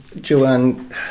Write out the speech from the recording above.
Joanne